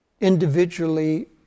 individually